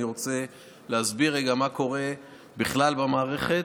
אני רוצה להסביר רגע מה קורה בכלל במערכת,